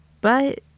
But